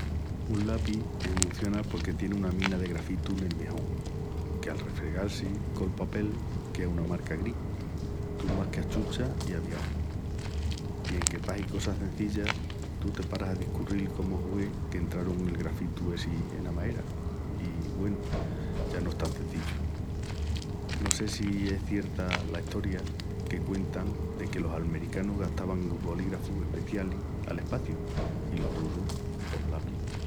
Un lapi enhunciona porque tieni una mina de grafitu nel miajón que, al refregal-si col papel, quea una marca gris. Tú más que achuchas i aviau. I enque pahi cosa cenzilla tú te paras a discurril cómu hue qu'entrarun el grafitu essi ena maera i, güenu, ya no es tan cenzillu. No sé si sea cierta la estoria que cuentan de que los almericanus gastavan bolígrafus especialis al espaciu i los russus, pos lapis.